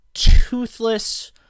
toothless